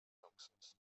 luxus